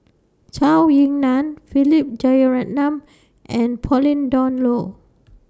Zhou Ying NAN Philip Jeyaretnam and Pauline Dawn Loh